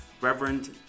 Reverend